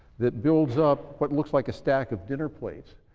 that builds up what looks like a stack of dinner plates,